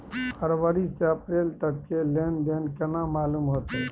फरवरी से अप्रैल तक के लेन देन केना मालूम होते?